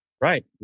Right